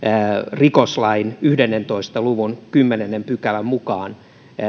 rikoslain yhdentoista luvun kymmenennen pykälän mukaan